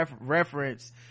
reference